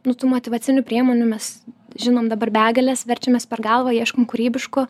nu tų motyvacinių priemonių mes žinom dabar begales verčiamės per galvą ieškom kūrybiškų